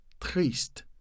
triste